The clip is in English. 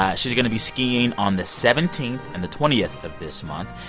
ah she's going to be skiing on the seventeenth and the twentieth of this month.